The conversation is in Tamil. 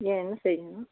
ஏன் என்ன செய்யணும்